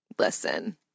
listen